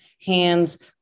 hands